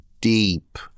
deep